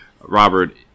Robert